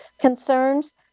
concerns